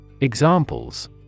Examples